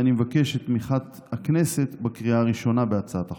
אני מבקש את תמיכת הכנסת בקריאה הראשונה בהצעת החוק.